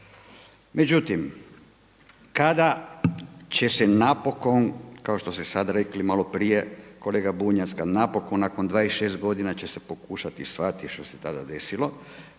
Međutim, kada će se napokon kao što ste sada rekli malo prije kolega Bunjac kad napokon nakon 26 godina će se pokušati shvatiti što se tada desilo